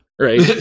Right